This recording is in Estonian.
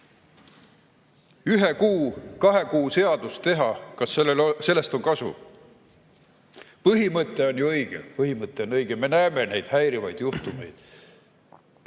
Ühe kuu või kahe kuu seadust teha – kas sellest on kasu? Põhimõte on ju õige. Põhimõte on õige, me näeme neid häirivaid juhtumeid.